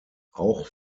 auch